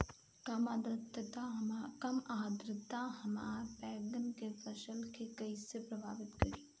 कम आद्रता हमार बैगन के फसल के कइसे प्रभावित करी?